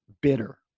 bitter